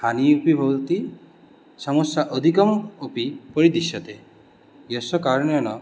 हानिः अपि भवति समस्या अधिका अपि परिदृश्यते यस्य कारणेन